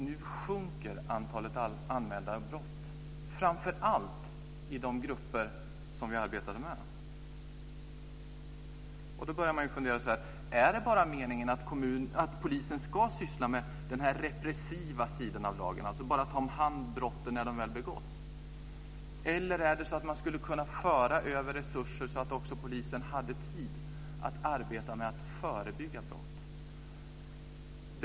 Nu sjunker antalet anmälda brott, framför allt i de grupper som vi arbetade med. Då börjar man fundera: Är det meningen att polisen bara ska syssla med den repressiva sidan av lagen, dvs. bara ta hand om brotten när de väl begåtts? Eller skulle man kunna föra över resurser så att polisen också hade tid att arbeta med att förebygga brott?